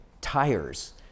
tires